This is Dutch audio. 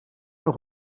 nog